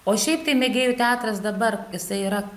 o šiaip tai mėgėjų teatras dabar jisai yra